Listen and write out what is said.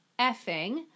effing